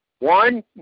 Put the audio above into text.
One